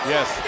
Yes